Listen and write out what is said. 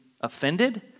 offended